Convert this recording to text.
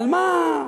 על מה,